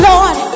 Lord